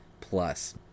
plus